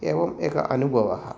एवम् एकः अनुभवः